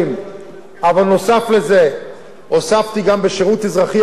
אבל על זה הוספתי גם שירות אזרחי של ערבים וחרדים,